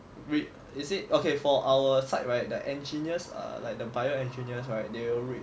read is it okay for our side right the engineers are like the bio engineers right you will read